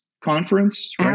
conference